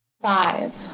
Five